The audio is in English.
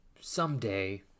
someday